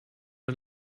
den